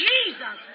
Jesus